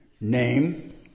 Name